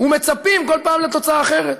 ומצפים כל פעם לתוצאה אחרת.